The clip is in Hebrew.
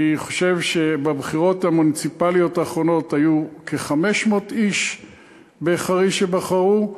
אני חושב שבבחירות המוניציפליות האחרונות היו כ-500 איש בחריש שבחרו,